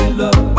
love